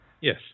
Yes